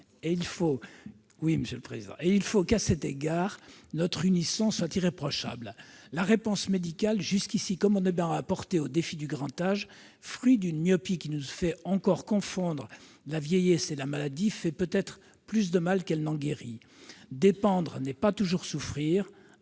Il faut qu'à cet égard notre unisson soit irréprochable. La réponse médicale jusqu'ici communément apportée au défi du grand âge, fruit d'une myopie qui nous fait encore confondre la vieillesse et la maladie, crée peut-être plus de maux qu'elle n'en guérit. Dépendre n'est pas toujours souffrir